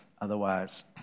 otherwise